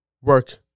work